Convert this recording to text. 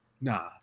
Nah